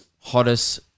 hottest